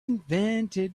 invented